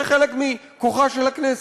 זה חלק מכוחה של הכנסת,